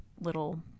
little